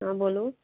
हाँ बोलो